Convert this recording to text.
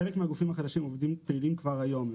חלק מהגופים החדשים עובדים ופעילים כבר היום.